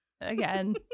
Again